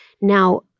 Now